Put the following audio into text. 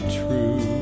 true